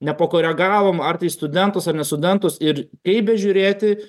nepakoregavom ar tai studentus ar ne studentus ir kaip bežiūrėti